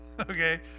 okay